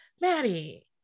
Maddie